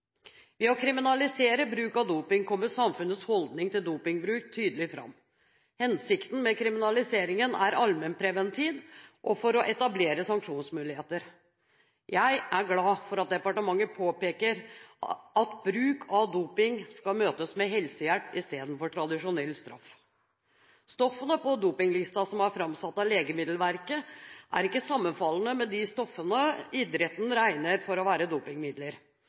Ved å kriminalisere bruk av doping kommer samfunnets holdning til dopingbruk tydelig fram. Hensikten med kriminaliseringen er allmennpreventiv og for å etablere sanksjonsmuligheter. Jeg er glad for at departementet påpeker at bruk av doping skal møtes med helsehjelp istedenfor tradisjonell straff. Stoffene på dopinglisten, som er framsatt av Legemiddelverket, er ikke sammenfallende med de stoffene idretten regner for å være